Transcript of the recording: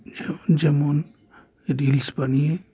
যেমন রিলস বানিয়ে